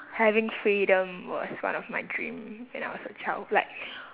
having freedom was one of my dream when I was a child like